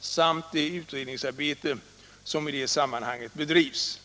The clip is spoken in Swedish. samt det utredningsarbete som i det sammanhanget bedrivs.